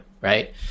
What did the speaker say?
right